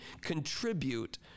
contribute